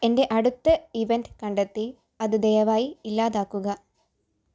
എൻ്റെ അടുത്ത ഇവൻ്റ് കണ്ടെത്തി അത് ദയവായി ഇല്ലാതാക്കുക